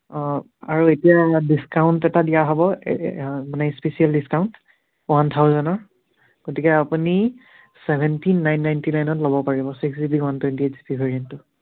অ আৰু এতিয়া ডিচকাউণ্ট এটা দিয়া হ'ব মানে স্পেচিয়েল ডিচকাউণ্ট ওৱান থাউজেনৰ গতিকে আপুনি চেভেনটিন নাইন নাইনটি নাইনত ল'ব পাৰিব six GB one twenty eight GB ভেৰিয়েন্টটো